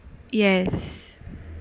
yes